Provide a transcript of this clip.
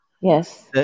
Yes